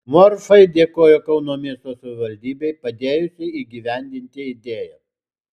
morfai dėkojo kauno miesto savivaldybei padėjusiai įgyvendinti idėją